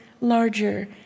Larger